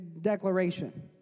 declaration